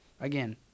Again